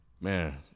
Man